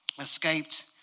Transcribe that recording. escaped